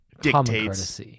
Dictates